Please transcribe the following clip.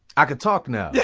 i can talk now? yeah